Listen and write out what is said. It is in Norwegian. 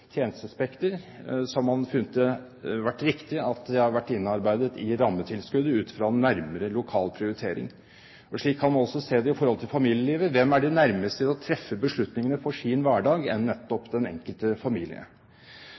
tjenestespekter, funnet det riktig at det har vært innarbeidet i rammetilskuddet ut fra nærmere lokal prioritering. Slik kan man også se det i forhold til familielivet. Hvem er de nærmeste til å treffe beslutningene for sin hverdag enn nettopp den enkelte familie?